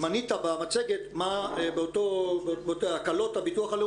מנית במצגת מה הם הצרכים.